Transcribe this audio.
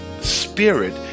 spirit